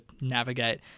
navigate